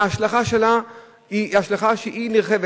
ההשלכה שלה היא השלכה נרחבת.